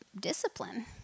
discipline